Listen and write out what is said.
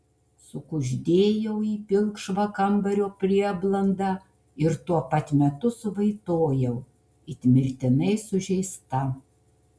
sukuždėjau į pilkšvą kambario prieblandą ir tuo pat metu suvaitojau it mirtinai sužeista